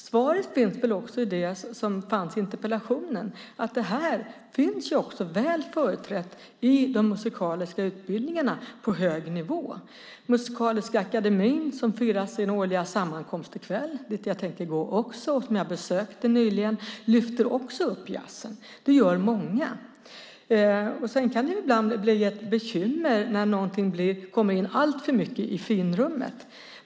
Svaret finns väl i det som fanns i interpellationen, att det här också finns väl företrätt i de musikaliska utbildningarna på hög nivå. Kungliga Musikaliska Akademien som firar sin årliga sammankomst i kväll, dit jag tänkte gå och som jag besökte nyligen, lyfter också upp jazzen. Det gör många. Sedan kan det ibland bli ett bekymmer när någonting kommer in alltför mycket i finrummet.